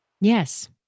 Yes